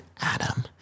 Adam